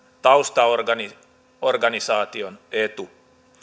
taustaorganisaation etu